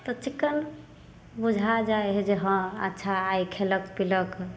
तऽ चिक्कन बुझा जाइ हइ जे हँ अच्छा आइ खेलक पीलक